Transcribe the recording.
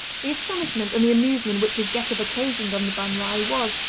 the astonishment and the amusement which his get-up occasioned on the ban righ was,